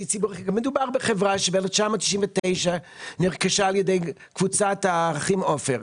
מדובר בחברה שב-1999 נרכשה על ידי קבוצת האחים עופר.